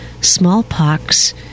smallpox